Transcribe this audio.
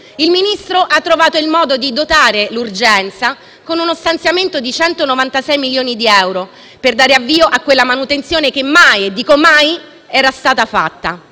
il Ministro ha trovato il modo di dotare l’urgenza di uno stanziamento di 196 milioni di euro per dare avvio a quella manutenzione che mai - e dico «mai» - era stata fatta.